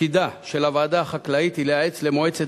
תפקידה של הוועדה החקלאית הוא לייעץ למועצת